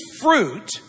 fruit